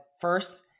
first